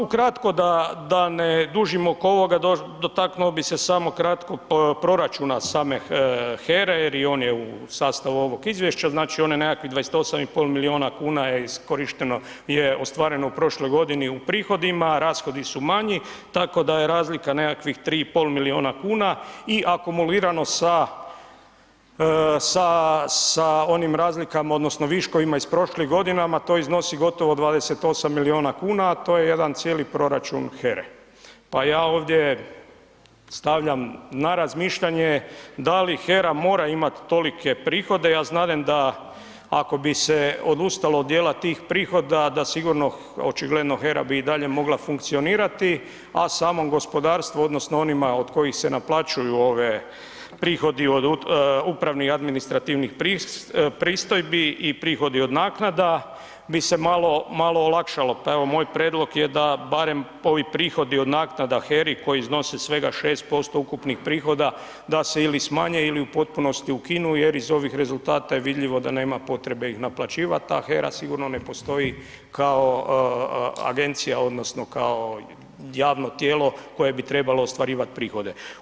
Ukratko da, da ne dužimo oko ovoga, dotaknuo bi se samo kratko proračuna same HERA-e jer i on je u sastavu ovog izvješća, znači on je nekakvih 28,5 milijuna kuna je iskorišteno, je ostvareno u prošloj godini u prihodima, rashodi su manji, tako da je razlika nekakvih 3,5 milijuna kuna i akumulirano sa, sa, sa onim razlikama odnosno viškovima iz prošlih godinama, to iznosi gotovo 28 milijuna kuna, a to je jedan cijeli proračun HERA-e, pa ja ovdje stavljam na razmišljanje da li HERA mora imat tolike prihode, ja znadem da ako bi se odustalo od dijela tih prihoda, da sigurno očigledno HERA bi i dalje mogla funkcionirati, a samom gospodarstvu odnosno onima od kojih se naplaćuju ove prihodi od upravnih i administrativnih pristojbi i prihodi od naknada, bi se malo, malo olakšalo, pa evo moj predlog je da barem ovi prihodi od naknada HERA-i koji iznose svega 6% ukupnih prihoda, da se ili smanje ili u potpunosti ukinu jer iz ovih rezultata je vidljivo da nema potrebe ih naplaćivat, a HERA sigurno ne postoji kao agencija odnosno kao javno tijelo koje bi trebalo ostvarivat prihode.